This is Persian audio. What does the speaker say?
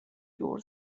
دور